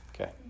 Okay